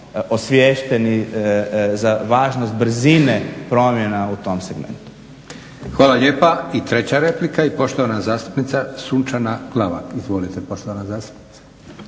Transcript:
osviješteni za važnost brzine promjena u tom segmentu. **Leko, Josip (SDP)** Hvala lijepa. I treća replika i poštovana zastupnica Sunčana Glavak. Izvolite poštovana zastupnice.